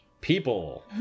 People